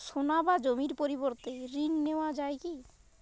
সোনা বা জমির পরিবর্তে ঋণ নেওয়া যায় কী?